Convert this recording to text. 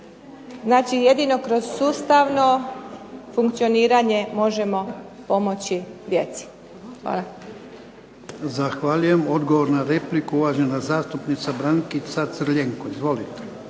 znači jedino kroz sustavno funkcioniranje možemo pomoći djeci. Hvala. **Jarnjak, Ivan (HDZ)** Zahvaljujem. Odgovor na repliku uvažena zastupnica Brankica Crljenko.